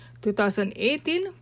2018